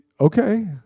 okay